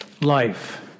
life